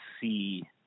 see